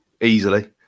easily